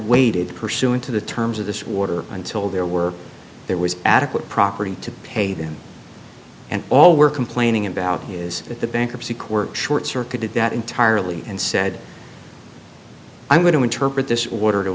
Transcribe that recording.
waited pursuant to the terms of this water until there were there was adequate property to pay them and all we're complaining about is that the bankruptcy quirke short circuited that entirely and said i'm going to interpret this order to